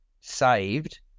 saved